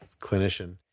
clinician